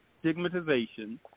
Stigmatization